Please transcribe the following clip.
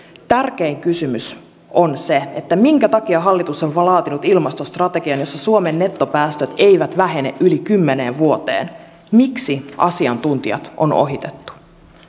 tärkein kysymys on se minkä takia hallitus on laatinut ilmastostrategian jossa suomen nettopäästöt eivät vähene yli kymmeneen vuoteen miksi asiantuntijat on ohitettu